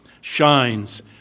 shines